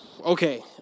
Okay